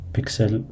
Pixel